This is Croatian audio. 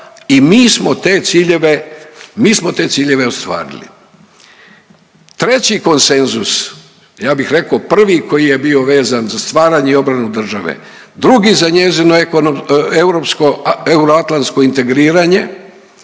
mi smo te ciljeve ostvarili. Treći konsenzus ja bih rekao prvi koji je bio vezan za stvaranje i obranu države, drugi za njezino ekonom… europsko euroatlantsko integriranje